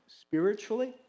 spiritually